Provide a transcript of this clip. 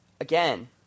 again